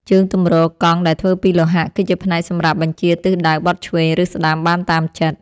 ជើងទម្រកង់ដែលធ្វើពីលោហៈ គឺជាផ្នែកសម្រាប់បញ្ជាទិសដៅបត់ឆ្វេង ឬស្ដាំបានតាមចិត្ត។